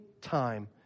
time